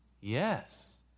Yes